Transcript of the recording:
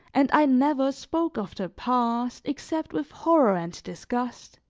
and i never spoke of the past except with horror and disgust.